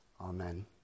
Amen